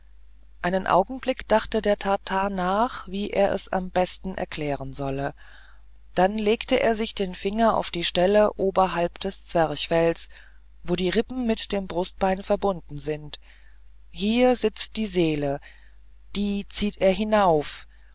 einen augenblick dachte der tatar nach wie er es am besten erklären solle dann legte er sich den finger auf die stelle oberhalb des zwerchfells wo die rippen mit dem brustbein verbunden sind hier sitzt die seele die zieht er hinauf